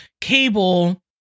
cable